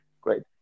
great